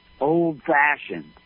old-fashioned